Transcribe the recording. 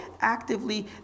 actively